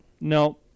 No